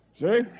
See